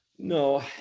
No